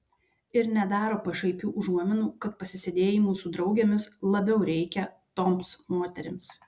ir nedaro pašaipių užuominų kad pasisėdėjimų su draugėmis labiau reikia toms moterims